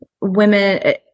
women